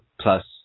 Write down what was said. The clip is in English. plus